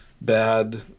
Bad